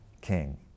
king